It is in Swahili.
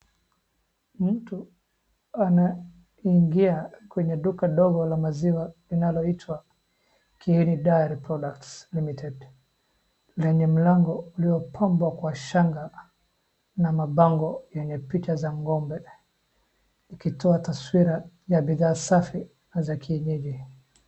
Mtu anaingia kwenye duka ndogo la maziwa, linaloitwa Kieni Diary Products Limited, lenye mlango uliopambwa kwa shanga na mabango yenye picha za ng'ombe ikitoa taswira ya bidhaa safi na za kienyeji.